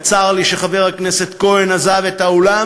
וצר לי שחבר הכנסת כהן עזב את האולם.